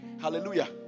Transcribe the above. Hallelujah